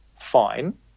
Fine